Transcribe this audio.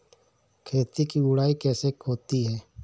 खेत की गुड़ाई कैसे होती हैं?